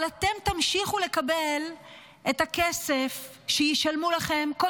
אבל אתם תמשיכו לקבל את הכסף שישלמו לכם כל